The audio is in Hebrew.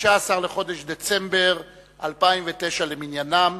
16 בחודש דצמבר 2009 למניינם.